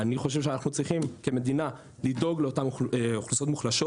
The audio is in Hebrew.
אני חושב שאנחנו צריכים כמדינה לדאוג לאותן אוכלוסיות מוחלשות.